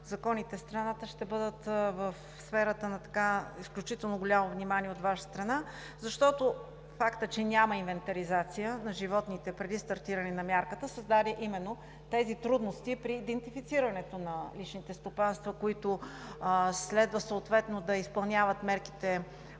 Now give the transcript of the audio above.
законите в страната ще бъдат в сферата на изключително голямо внимание от Ваша страна, защото фактът, че няма инвентаризация на животните преди стартиране на мярката, създаде именно тези трудности при идентифицирането на личните стопанства, които следва съответно да изпълняват мерките